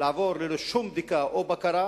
לעבור ללא שום בדיקה או בקרה,